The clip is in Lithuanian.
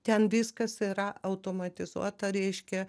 ten viskas yra automatizuota reiškia